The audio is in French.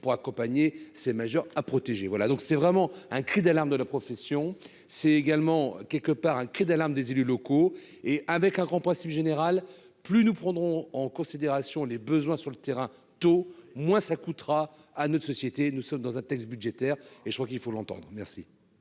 pour accompagner ces majeur a protégé, voilà, donc c'est vraiment un cri d'alarme de la profession, c'est également quelque part un cri d'alarme des élus locaux et avec un grand principe général plus nous prendrons en considération les besoins sur le terrain tu au moins ça coûtera à notre société, nous sommes dans un texte budgétaire et je crois qu'il faut l'entendre merci.